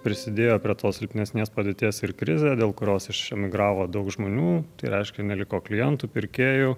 prisidėjo prie tos silpnesnės padėties ir krizė dėl kurios išemigravo daug žmonių tai reiškia neliko klientų pirkėjų